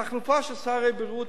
תחלופה של שרי בריאות,